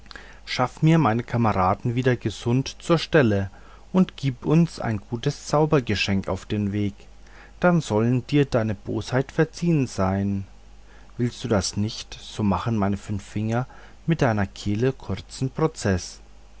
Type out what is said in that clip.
schaff mir meine kameraden wieder gesund zur stelle und gib uns ein gutes zaubergeschenk auf den weg dann soll dir deine bosheit verziehen sein willst du das nicht so machen meine fünf finger mit deiner kehle kurzen prozeß